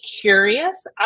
curious